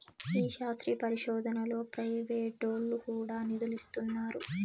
ఈ శాస్త్రీయ పరిశోదనలో ప్రైవేటోల్లు కూడా నిదులిస్తున్నారు